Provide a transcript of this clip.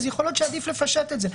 יכול להיות שעדיף לפשט את זה.